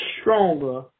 stronger